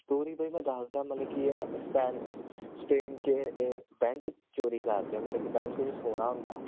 story ਬਈ ਮੈਂ ਦੱਸਦਾ ਮਤਲਬ ਕਿ ਇਹ ਨਾ ਸਪੈਨ ਸਪੇਨ 'ਚ ਏ ਇਹ ਬੈਂਕ ਚੋਰੀ ਕਰਦੇ ਆ ਮਤਲਬ ਕਿ ਬੈਂਕ 'ਚ ਸੋਨਾ ਹੁੰਦਾ